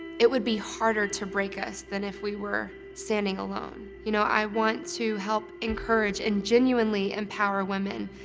it would be harder to break us than if we were standing alone. you know i want to help encourage and genuinely empower women.